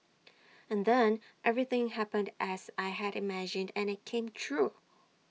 and then everything happened as I had imagined IT and IT came true